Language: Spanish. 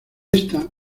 esta